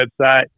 website